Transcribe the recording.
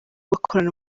bakorana